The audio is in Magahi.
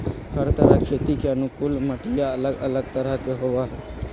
हर तरह खेती के अनुकूल मटिया अलग अलग तरह के होबा हई